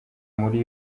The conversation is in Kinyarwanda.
muri